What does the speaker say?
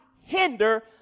hinder